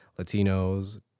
Latinos